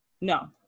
no